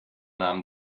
nahm